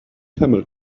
camel